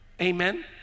Amen